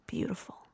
Beautiful